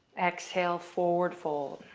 exhale, forward fold.